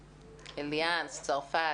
סראן, אליאנס, צרפת.